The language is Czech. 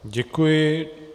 Děkuji.